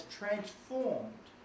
transformed